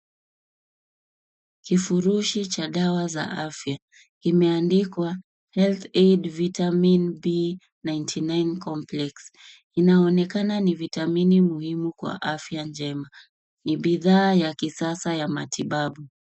Kifurushi cha dawa za afya kimeandikwa health aid vitamin b99 complex . Inaonekana ni vitamini muhimu kwa afya njema. Ni bidhaa ya kisasa ya matibabu.